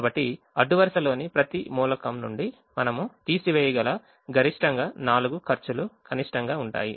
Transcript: కాబట్టి అడ్డు వరుసలోని ప్రతి మూలకం నుండి మనం తీసివేయగల గరిష్టంగా 4 ఖర్చులు కనిష్టంగా ఉంటాయి